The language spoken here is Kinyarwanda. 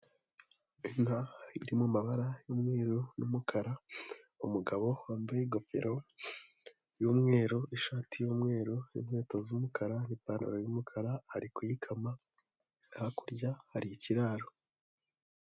Imbwa iri mu mabara y'umweru n'umukara, umugabo wambaye ingofero y'umweru, ishati y'umweru, inkweto z'umukara n'ipantaro y'umukara, ari kuyikama izo hakurya hari ikiraro.